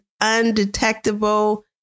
undetectable